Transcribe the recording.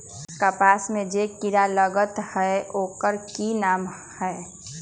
कपास में जे किरा लागत है ओकर कि नाम है?